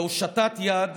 בהושטת יד.